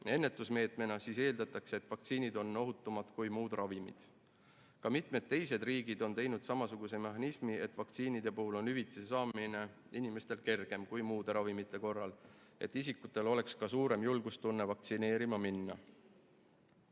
ennetusmeetmena, siis eeldatakse, et vaktsiinid on ohutumad kui muud ravimid. Ka mitmed teised riigid on teinud samasuguse mehhanismi, et vaktsiinide puhul on hüvitise saamine inimestel kergem kui muude ravimite korral, et isikutel oleks suurem julgustunne vaktsineerima minna. Head